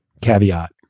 Caveat